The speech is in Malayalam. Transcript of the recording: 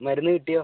മരുന്ന് കിട്ടിയോ